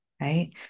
Right